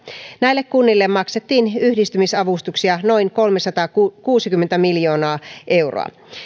näille kunnille maksettiin yhdistymisavustuksia noin kolmesataakuusikymmentä miljoonaa euroa